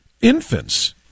Infants